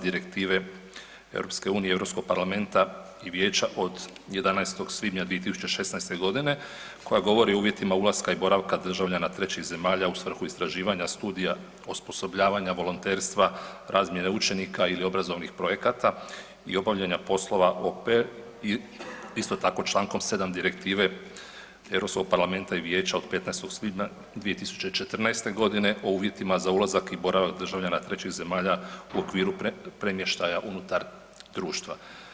Direktive EU i Europskog parlamenta i vijeća od 11. svibnja 2016. godine koja govori o uvjetima ulaska i boravka državljana trećih zemalja u svrhu istraživanja studija osposobljavanja, volonterstva, razmjene učenika ili obrazovnih projekata i obavljanja poslova OP. Isto tako Člankom 7. Direktive Europskog parlamenta i vijeća od 15. svibnja 2014. godine o uvjetima za ulazak i boravak državljana trećih zemalja u okviru premještaja unutar društva.